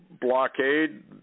blockade